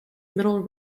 middle